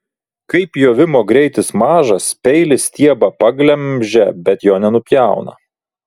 kai pjovimo greitis mažas peilis stiebą paglemžia bet jo nenupjauna